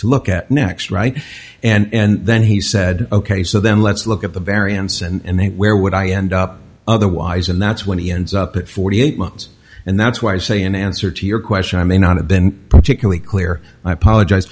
to look at next right and then he said ok so then let's look at the variance and then where would i end up otherwise and that's when he ends up at forty eight months and that's why i say in answer to your question i may not have been particularly clear i apologize